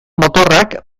motorrak